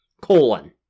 Colon